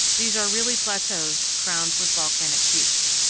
these are really plateaus crowned with volcanic peaks.